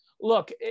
look